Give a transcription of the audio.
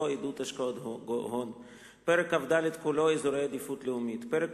(עידוד השקעות הון); פרק כ"ד כולו (אזורי עדיפות לאומית); פרק